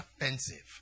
offensive